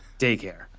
daycare